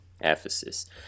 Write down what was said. Ephesus